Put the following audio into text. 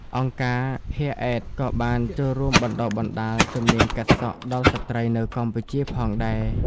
អង្គការ ហ៊ែរ អេត Hair Aid ក៏បានចូលរួមបណ្តុះបណ្តាលជំនាញកាត់សក់ដល់ស្ត្រីនៅកម្ពុជាផងដែរ។